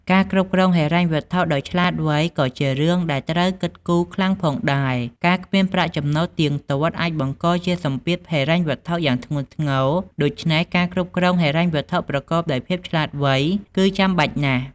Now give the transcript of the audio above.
ការគ្រប់គ្រងហិរញ្ញវត្ថុដោយឆ្លាតវៃក៏ជារឿងដែលត្រូវគិតគូខ្លាំងផងដែរ ការគ្មានប្រាក់ចំណូលទៀងទាត់អាចបង្កជាសម្ពាធហិរញ្ញវត្ថុយ៉ាងធ្ងន់ធ្ងរ ដូច្នេះការគ្រប់គ្រងហិរញ្ញវត្ថុប្រកបដោយភាពឆ្លាតវៃគឺចាំបាច់ណាស់។